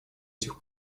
этих